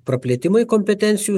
praplėtimai kompetencijų